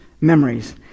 memories